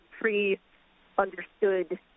pre-understood